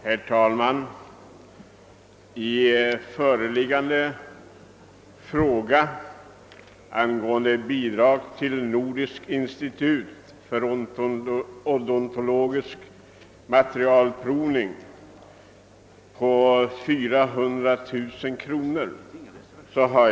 Herr talman! I den föreliggande frågan har jag yrkat avslag på förslaget angående bidrag till ett nordiskt institut för odontologisk materialprovning med 400 000 kronor.